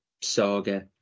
saga